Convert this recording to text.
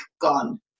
gone